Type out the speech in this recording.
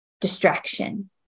distraction